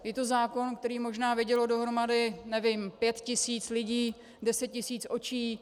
Je to zákon, který možná vidělo dohromady, nevím, pět tisíc lidí, deset tisíc očí.